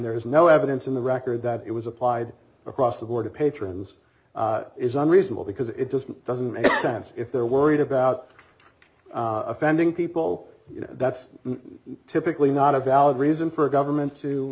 there is no evidence in the record that it was applied across the board patrons is unreasonable because it just doesn't make sense if they're worried about offending people that's typically not a valid reason for a government to